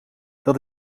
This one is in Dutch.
dat